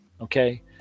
Okay